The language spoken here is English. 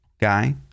guy